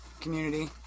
community